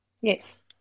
Yes